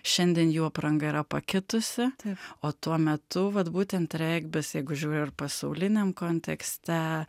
šiandien jų apranga yra pakitusi o tuo metu vat būtent regbis jeigu žiūri ir pasauliniam kontekste